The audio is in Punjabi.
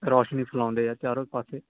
ਰੌਸ਼ਨੀ ਫੈਲਾਉਂਦੇ ਆ ਚਾਰੋਂ ਪਾਸੇ